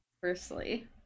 firstly